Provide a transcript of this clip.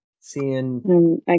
Seeing